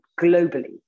globally